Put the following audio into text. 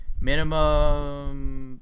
Minimum